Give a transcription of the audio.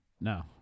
No